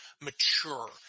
mature